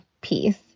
peace